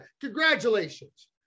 Congratulations